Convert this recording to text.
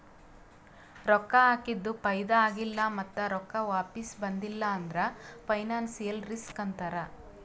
ರೊಕ್ಕಾ ಹಾಕಿದು ಫೈದಾ ಆಗಿಲ್ಲ ಮತ್ತ ರೊಕ್ಕಾ ವಾಪಿಸ್ ಬಂದಿಲ್ಲ ಅಂದುರ್ ಫೈನಾನ್ಸಿಯಲ್ ರಿಸ್ಕ್ ಅಂತಾರ್